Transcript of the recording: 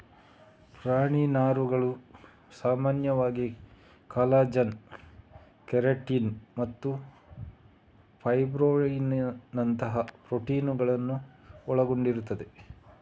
ಪ್ರಾಣಿ ನಾರುಗಳು ಸಾಮಾನ್ಯವಾಗಿ ಕಾಲಜನ್, ಕೆರಾಟಿನ್ ಮತ್ತು ಫೈಬ್ರೊಯಿನ್ನಿನಂತಹ ಪ್ರೋಟೀನುಗಳನ್ನು ಒಳಗೊಂಡಿರುತ್ತವೆ